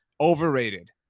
Overrated